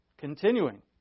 Continuing